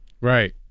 Right